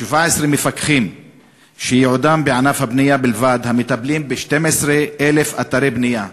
שפועלים רק 17 מפקחים שייעודם בענף הבנייה ומטפלים ב-12,000 אתרי בנייה,